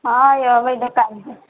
हाँ एबै तऽ काल्हे